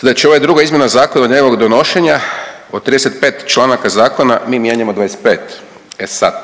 Znači ovo je druga izmjena zakona od njegovog donošenja, od 35 članaka zakona mi mijenjamo 25. E sad